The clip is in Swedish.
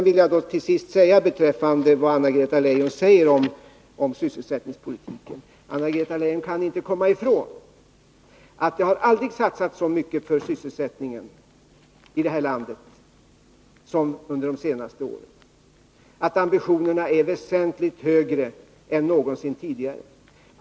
Men anledning av vad Anna-Greta Leijon sade om sysselsättningspolitiken vill jag framhålla följande. Anna-Greta Leijon kan inte komma ifrån att det aldrig har satsats så mycket för sysselsättningen i det här landet som under de senaste åren, att ambitionerna är väsentligt högre än någonsin tidigare.